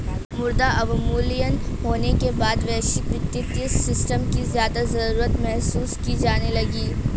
मुद्रा अवमूल्यन होने के बाद वैश्विक वित्तीय सिस्टम की ज्यादा जरूरत महसूस की जाने लगी